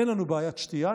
אין לנו בעיית שתייה.